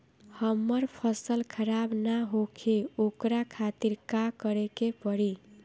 हमर फसल खराब न होखे ओकरा खातिर का करे के परी?